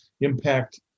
impact